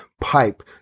pipe